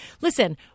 Listen